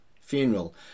funeral